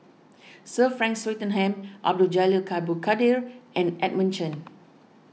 Sir Frank Swettenham Abdul Jalil Abdul Kadir and Edmund Chen